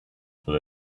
for